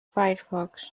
firefox